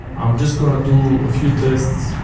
i'm just gonna do a few tests.